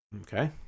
Okay